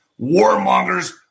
warmongers